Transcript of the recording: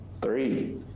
three